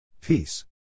Peace